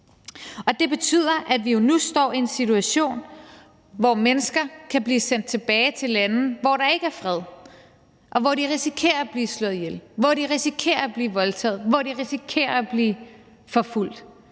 Det betyder, at vi nu står i en situation, hvor mennesker kan blive sendt tilbage til lande, hvor der ikke er fred, og hvor de risikerer at blive slået ihjel, hvor de risikerer at blive voldtaget, hvor de risikerer at blive forfulgt.